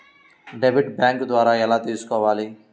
Debit bank ద్వారా ఎలా తీసుకోవాలి?